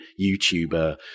youtuber